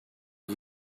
you